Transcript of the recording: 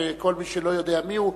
שכל מי שלא יודע מי הוא,